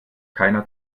keiner